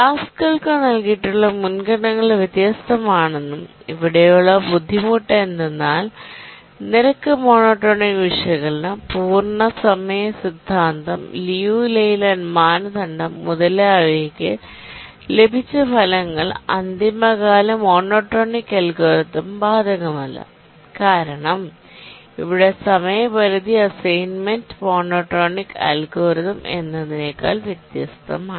ടാസ്കുകൾക്ക് നൽകിയിട്ടുള്ള മുൻഗണനകൾ വ്യത്യസ്തമാണെന്നും ഇവിടെയുള്ള ബുദ്ധിമുട്ട് എന്തെന്നാൽ റേറ്റ് മോണോടോണിക് വിശകലനം completion time theorem Liu Layland മാനദണ്ഡം മുതലായവയ്ക്ക് ലഭിച്ച ഫലങ്ങൾ ഡെഡ്ലൈൻ മോണോടോണിക്അൽഗോരിതം ബാധകമല്ല കാരണം ഇവിടെ സമയപരിധി അസൈൻമെന്റ് മോണോടോണിക് അൽഗോരിതം എന്നതിനേക്കാൾ വ്യത്യസ്തമാണ്